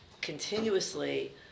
continuously